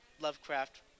Lovecraft